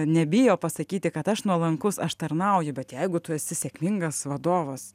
nebijo pasakyti kad aš nuolankus aš tarnauju bet jeigu tu esi sėkmingas vadovas